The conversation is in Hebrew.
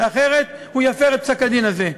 אחרת הוא יפר את פסק-הדין הזה.